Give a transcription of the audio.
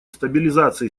стабилизации